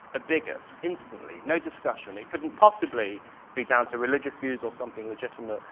a bigot. instantly. no discussion. it couldn't possibly be down to religious views or something legitimate.